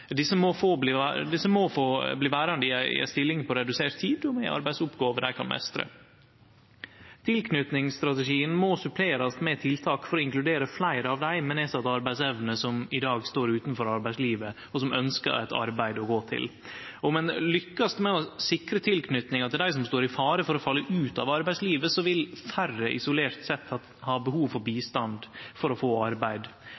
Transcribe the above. Desse må få bli verande i ei stilling på redusert tid og med arbeidsoppgåver dei kan meistre. Tilknytingsstrategien må supplerast med tiltak for å inkludere fleire av dei med nedsett arbeidsevne som i dag står utanfor arbeidslivet, og som ønskjer eit arbeid å gå til. Om ein lukkast med å sikre tilknytinga til dei som står i fare for å falle ut av arbeidslivet, vil færre isolert sett ha behov for bistand for å få arbeid.